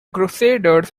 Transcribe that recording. crusaders